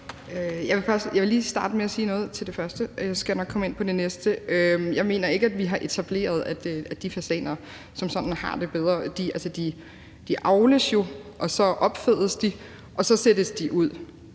Jeg vil lige starte med at sige noget til det første, og så skal jeg nok komme ind på det næste. Jeg mener ikke, at vi har etableret, at de fasaner som sådan har det bedre. De avles jo, så opfedes de, og så sættes de ud.